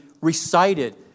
recited